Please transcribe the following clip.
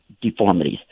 deformities